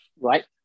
right